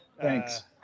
Thanks